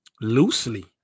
loosely